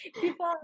People